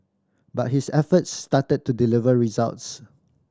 but his efforts started to deliver results